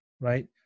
Right